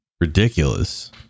ridiculous